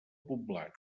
poblat